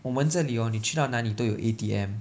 我们这里 hor 你去到哪里都有 A_T_M